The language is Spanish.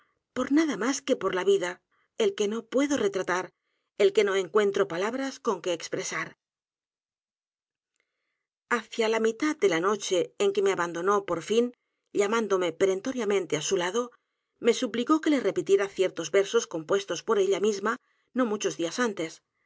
por nada más que por la vida el que no puedo retratar el que no encuentro palabras con que expresar hacia la mitad de la noche en que me abandonó por fin llamándome perentoriamente á su lado me suplicó que le repitiera ciertos versos compuestos por ella misma no muchos días antes